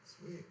Sweet